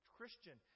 Christian